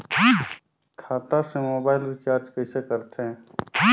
खाता से mobile recharge कइसे करथे